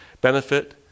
benefit